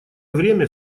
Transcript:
время